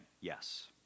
yes